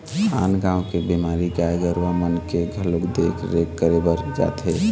आन गाँव के बीमार गाय गरुवा मन के घलोक देख रेख करे बर जाथे